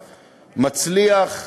מצליח,